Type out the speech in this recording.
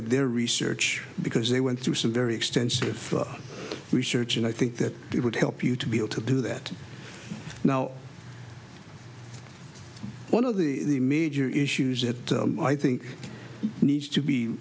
at their research because they went through some very extensive research and i think that it would help you to be able to do that now one of the major issues that i think needs to be